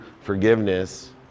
forgiveness